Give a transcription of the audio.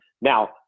Now